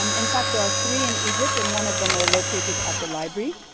um in fact, there are three in egypt and one of them are located at the library.